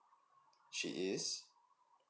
she is